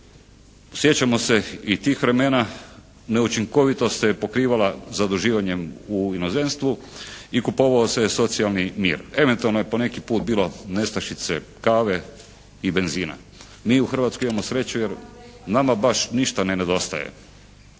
Sjećamo se i tih vremena. Neučinkovitost se pokrivala zaduživanjem u inozemstvu i kupovao se socijalni mir. Eventualno je poneki put bilo nestašice kave i benzina. Mi u Hrvatskoj imamo sreću jer nama baš ništa ne nedostaje.